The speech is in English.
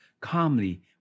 calmly